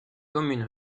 commune